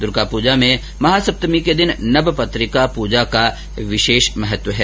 दुर्गा पूजा में महा सप्तमी के दिन नबपत्रिका पूजा का विशेष महत्व है